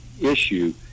issue